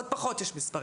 עוד פחות יש מספרים,